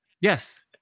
Yes